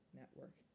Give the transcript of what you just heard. network